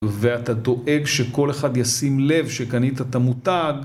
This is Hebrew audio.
ואתה דואג שכל אחד ישים לב שקנית את המותג